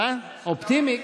אה, אופטימי?